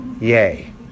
Yay